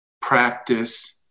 practice